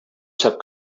sap